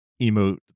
emote